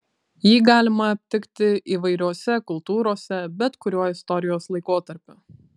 jį galima aptikti įvairiose kultūrose bet kuriuo istorijos laikotarpiu